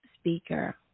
speaker